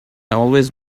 always